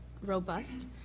robust